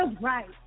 right